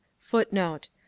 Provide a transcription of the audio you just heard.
Footnote